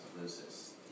loses